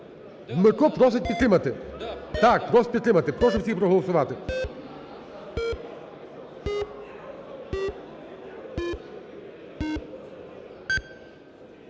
Дмитро просить підтримати, так, просить підтримати, прошу всіх проголосувати.